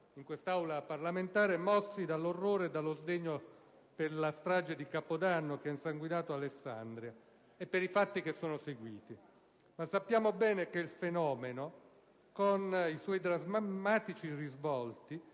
in quest'Aula parlamentare mossi dall'orrore e dallo sdegno per la strage di capodanno che ha insanguinato Alessandria e per i fatti che sono seguiti, ma sappiamo bene che il fenomeno - con i suoi drammatici risvolti,